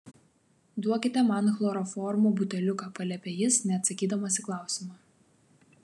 duokite man chloroformo buteliuką paliepė jis neatsakydamas į klausimą